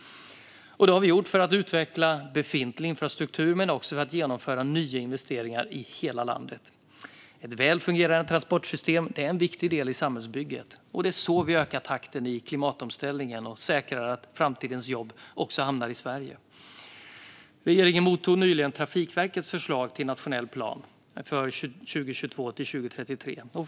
Detta har vi gjort för att utveckla befintlig infrastruktur men också för att genomföra nya investeringar i hela landet. Ett väl fungerande transportsystem är en viktig del i samhällsbygget. Det är så vi ökar takten i klimatomställningen och säkrar att framtidens jobb hamnar i Sverige. Regeringen mottog nyligen Trafikverkets förslag till nationell plan för 2022-2033.